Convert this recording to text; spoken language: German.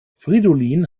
fridolin